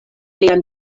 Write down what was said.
lian